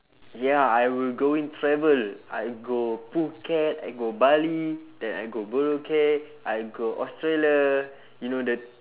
ya I will going travel I go phuket I go bali then I go boracay I go australia you know the